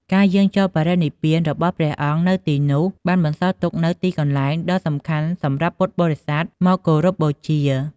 ការយាងចូលបរិនិព្វានរបស់ព្រះអង្គនៅទីនោះបានបន្សល់ទុកនូវទីកន្លែងដ៏សំខាន់សម្រាប់ពុទ្ធបរិស័ទមកគោរពបូជា។